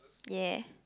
ya